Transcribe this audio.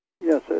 Yes